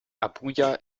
abuja